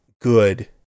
good